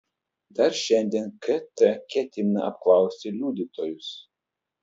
dar šiandien kt ketina apklausti liudytojus